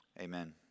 Amen